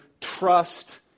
trust